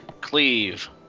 Cleave